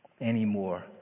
anymore